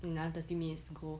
another thirty minutes to go